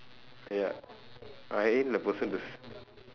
ya I ain't a person who's